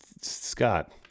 Scott